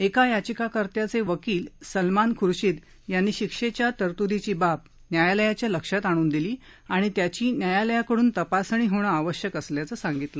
एका याचिकाकर्त्याचे वकील सलमान खुर्शिद यांनी शिक्षेच्या तरतूदीची बाब न्यायालयाच्या लक्षात आणून दिली आणि त्याची न्यायालयाकडून तपासणी होणं आवश्यक असल्याचं सांगितलं